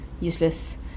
useless